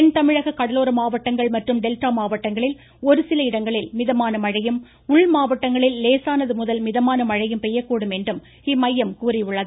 தென்தமிழக கடலோர மாவட்டங்கள் மற்றும் டெல்டா மாவட்டங்களில் ஒருசில இடங்களில் மிதமான மழையும் உள்மாவட்டங்களில் லேசானது முதல் மிதமான மழையும் பெய்யக்கூடும் என்றும் இம்மையம் கூறியுள்ளது